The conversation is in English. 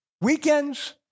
Weekends